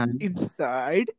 inside